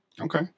Okay